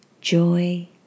Joy